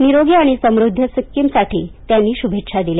निरोगी आणि समृद्ध सिक्कीमसाठी त्यांनी शुभेछ्या दिल्या